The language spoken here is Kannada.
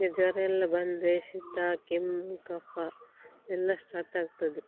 ಮತ್ತು ಜ್ವರಯೆಲ್ಲ ಬಂದರೆ ಶೀತ ಕೆಮ್ಮು ಕಫ ಎಲ್ಲ ಸ್ಟಾರ್ಟಾಗ್ತದೆ